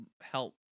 help